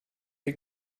der